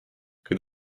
kuid